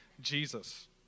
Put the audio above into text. Jesus